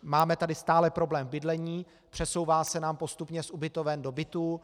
Máme tady stále problém v bydlení, přesouvá se nám postupně z ubytoven do bytů.